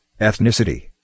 ethnicity